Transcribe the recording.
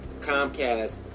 Comcast